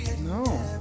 No